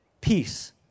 peace